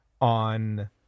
on